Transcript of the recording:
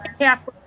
half